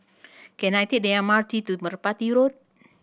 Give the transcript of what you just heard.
can I take the M R T to Merpati Road